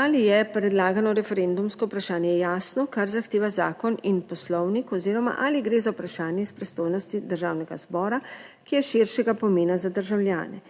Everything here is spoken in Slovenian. ali je predlagano referendumsko vprašanje jasno, kar zahteva zakon in Poslovnik oziroma ali gre za vprašanje iz pristojnosti Državnega zbora, ki je širšega pomena za državljane.